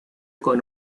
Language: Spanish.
con